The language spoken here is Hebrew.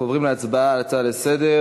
אנחנו עוברים להצבעה על ההצעות לסדר-היום